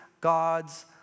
God's